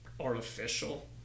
artificial